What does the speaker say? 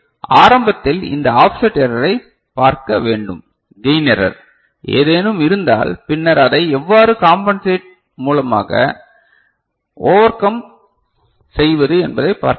ஆரம்பத்தில் இந்த ஆஃப்செட் எரரை பார்க்க வேண்டும் கையின் எரர் ஏதேனும் இருந்தால் பின்னர் அதை எவ்வாறு காம்பன்செட் மூலமாக நாம் ஓவர் கம் செய்வது என்பதைப் பார்க்க வேண்டும்